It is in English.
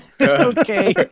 okay